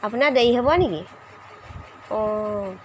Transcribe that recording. আপোনাৰ দেৰি হ'ব নেকি অঁ